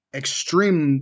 extreme